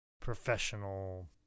professional